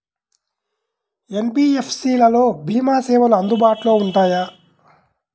NBFC లలో భీమా సేవలు అందుబాటులో ఉంటాయా?